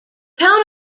town